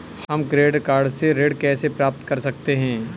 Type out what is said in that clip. हम credit card से ऋण कैसे प्राप्त कर सकते हैं?